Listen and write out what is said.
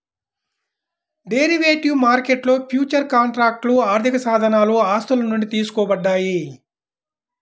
derivative మార్కెట్లో futures కాంట్రాక్ట్లు ఆర్థికసాధనాలు ఆస్తుల నుండి తీసుకోబడ్డాయి